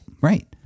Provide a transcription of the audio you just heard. right